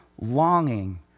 longing